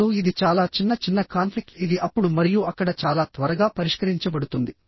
ఇప్పుడు ఇది చాలా చిన్న చిన్న కాన్ఫ్లిక్ట్ ఇది అప్పుడు మరియు అక్కడ చాలా త్వరగా పరిష్కరించబడుతుంది